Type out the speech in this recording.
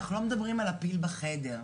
אנחנו לא מדברים על הפיל בחדר.